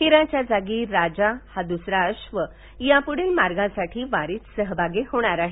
हिराच्या जागी राजा हा दुसरा अक्ष यापुढील मार्गासाठी वारीत सहभागी होणार आहे